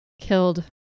killed